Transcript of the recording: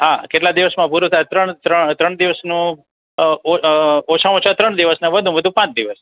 હા કેટલા દિવસમાં પૂરું થાય ત્રણ દિવસનું ઓછામાં ઓછા ત્રણ દિવસને વધુમાં વધુ પાંચ દિવસ